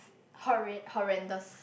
horre~ horrendous